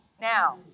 Now